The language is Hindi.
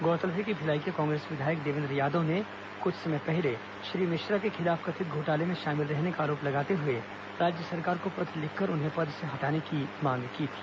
गौरतलब है कि भिलाई के कांग्रेस विधायक देवेंद्र यादव ने कुछ समय पहले श्री मिश्रा के खिलाफ कथित घोटाले में शामिल रहने का आरोप लगाते हुए राज्य सरकार को पत्र लिखकर उन्हें पद से हटाने की मांग की थी